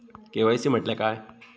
KYC म्हटल्या काय?